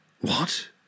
What